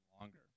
longer